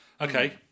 Okay